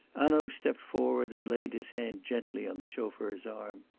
hanaud stepped forward and laid his hand gently on the chauffeur's arm.